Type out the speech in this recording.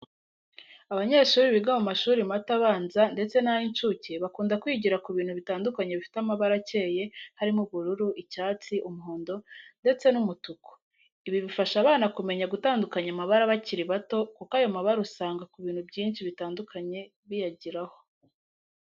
Abanyeshuri biga mu mashuri mato abanza ndetse nay'incuke, bakunda kwigira ku bintu bitandukanye bifite amabara akeye harimo ubururu, icyatsi, umuhondo, ndetse n'umutuku. Ibi bifasha abana kumenya gutandukanya amabara bakiri bato, kuko ayo mabara usanga ku bintu byinshi bitandukanye biyagiraho.